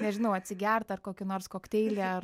nežinau atsigert ar kokį nors kokteilį ar